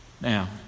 Now